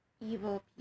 evil